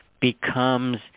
becomes